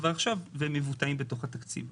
כבר עכשיו והם מקבלים ביטוי בתוך התקציב.